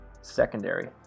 secondary